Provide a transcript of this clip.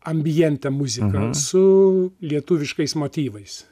ambiente muzika su lietuviškais motyvais